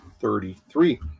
33